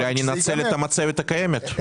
אולי אני אנצל את המצבת הקיימת.